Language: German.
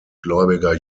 gläubiger